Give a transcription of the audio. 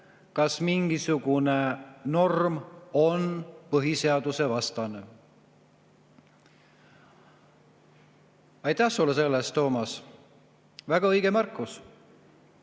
kas mingisugune norm on põhiseadusvastane. Aitäh sulle selle eest, Toomas! Väga õige märkus.